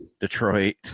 Detroit